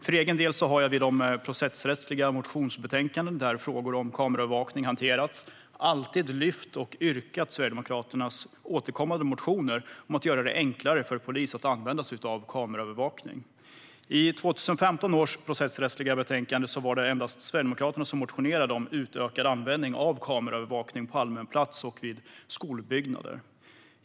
För egen del har jag vid de processrättsliga motionsbetänkanden där frågor om kameraövervakning hanterats alltid lyft upp och yrkat på Sverigedemokraternas återkommande motioner om att göra det enklare för polisen att använda sig av kameraövervakning. I 2015 års processrättsliga betänkande var det endast Sverigedemokraterna som motionerade om utökad användning av kameraövervakning på allmän plats och vid skolbyggnader.